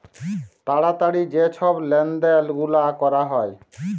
তাড়াতাড়ি যে ছব লেলদেল গুলা ক্যরা হ্যয়